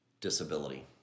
disability